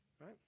right